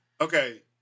Okay